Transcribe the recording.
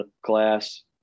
class